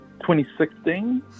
2016